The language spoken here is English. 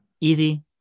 Easy